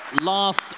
last